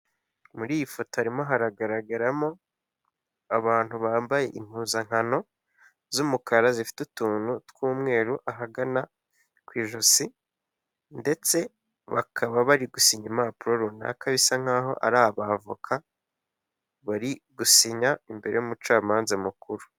Muri iyi foto harimo haragaragaramo abantu bambaye impuzankano z'umukara zifite utuntu tw'umweru ahagana ku ijosi ndetse bakaba bari gusinya impapuro runaka, bisa nk'aho ari abavoka bari gusinya imbere y'umucamanza mukuru.